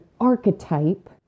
archetype